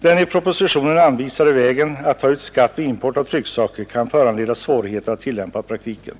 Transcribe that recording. Den i propositionen anvisade vägen att ta ut skatt vid import av trycksaker kan det bli svårt att tillämpa i praktiken.